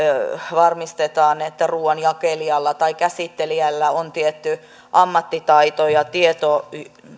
varmistetaan että ruuan jakelijalla tai käsittelijällä on tietty ammattitaito ja tieto